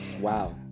Wow